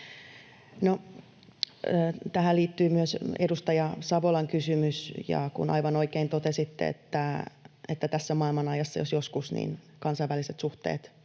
Tähän liittyy myös edustaja Savolan kysymys, ja aivan oikein totesitte, että tässä maailmanajassa, jos joskus, kansainväliset suhteet